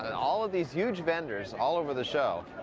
all of these huge venders all over the show.